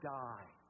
die